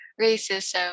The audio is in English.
racism